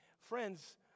friends